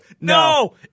No